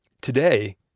Today